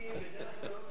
אני בדרך כלל,